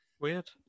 Weird